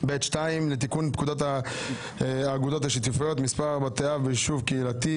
לתיקון פקודת האגודות השיתופיות (מספר בתי אב ביישוב קהילתי),